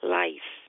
life